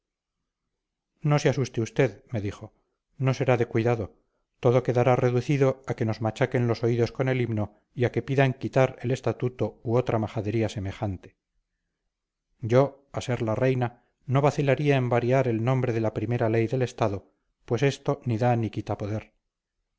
no se asuste usted me dijo no será de cuidado todo quedará reducido a que nos machaquen los oídos con el himno y a que pidan quitar el estatuto u otra majadería semejante yo a ser la reina no vacilaría en variar el nombre de la primera ley del estado pues esto ni da ni quita poder